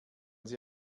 sie